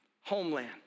homeland